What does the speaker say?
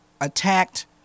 attacked